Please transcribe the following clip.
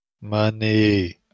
Money